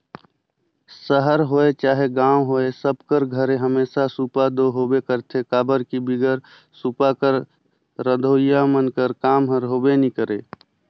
सहर होए चहे गाँव होए सब कर घरे हमेसा सूपा दो होबे करथे काबर कि बिगर सूपा कर रधोइया मन कर काम हर होबे नी करे